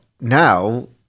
now